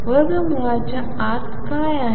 वर्गमूळाच्या आत काय आहे